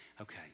Okay